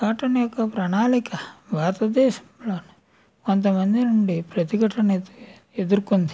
cotton యొక్క ప్రణాళిక భారతదేశంలోనే అంత మంది నుండి ప్రతిఘటన అయితే ఎదురుకుంది